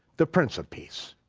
the prince of peace.